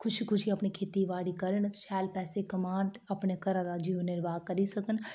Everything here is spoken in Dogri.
खुशी खुशी अपनी खेतीबाड़ी करन ते शैल पैसे कमान ते अपने घरै दा जीवन निर्वाह करी सकन